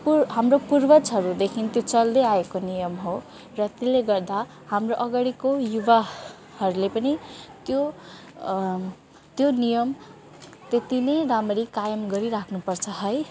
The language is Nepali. त्यो हाम्रो पूर्वजहरूदेखि त्यो चल्दैआएको नियम हो र त्यसले गर्दा हाम्रो अगाडिको युवा हरूले पनि त्यो त्यो नियम त्यति नै राम्ररी कायम गरिराख्नुपर्छ है